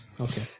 Okay